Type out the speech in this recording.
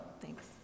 Thanks